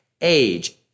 age